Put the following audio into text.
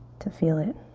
to feel it?